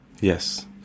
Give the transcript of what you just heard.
Yes